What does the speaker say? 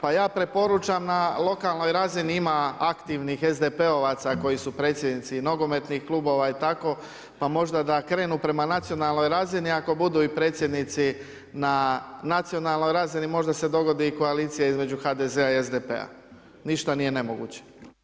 Pa ja preporučam na lokalnoj razini ima aktivnih SDP-ovaca koji su predsjednici nogometnih klubova i tako, pa možda da krenu prema nacionalnoj razini ako budu i predsjednici na nacionalnoj razini možda se dogodi i koalicija između HDZ-a i SDP-a, ništa nije nemoguće.